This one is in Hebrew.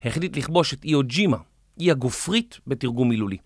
החליט לכבוש את אי-אוג'ימה, אי הגופרית בתרגום מילולי.